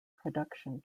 production